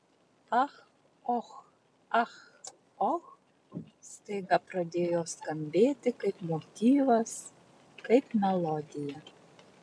ach och ach och staiga pradėjo skambėti kaip motyvas kaip melodija